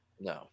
No